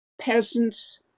peasants